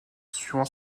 suivant